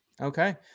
okay